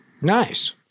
Nice